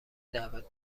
دعوت